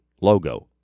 logo